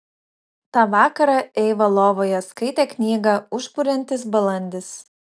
tą vakarą eiva lovoje skaitė knygą užburiantis balandis